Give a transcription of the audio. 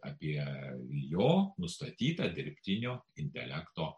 apie jo nustatytą dirbtinio intelekto